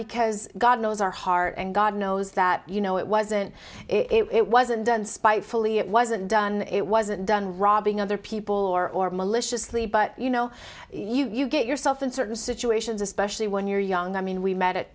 because god knows our heart and god knows that you know it wasn't it wasn't done spitefully it wasn't done it wasn't done robbing other people or maliciously but you know you get yourself in certain situations especially when you're young i mean we met